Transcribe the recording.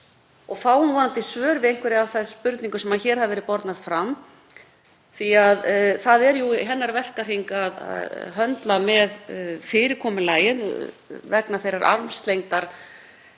og fáum vonandi svör við einhverjum af þeim spurningum sem hér hafa verið bornar fram, því að það er jú í hennar verkahring að höndla með fyrirkomulagið vegna þeirrar armslengdar sem